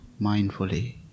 mindfully